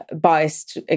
biased